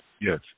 Yes